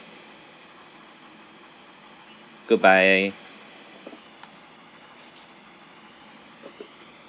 good bye